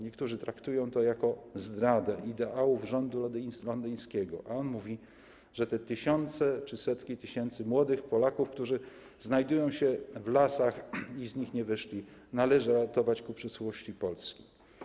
Niektórzy traktują to jako zdradę ideałów rządu londyńskiego, a on mówi, że te tysiące czy setki tysięcy młodych Polaków, którzy znajdują się w lasach i z nich nie wyszli, należy ratować dla przyszłości Polski.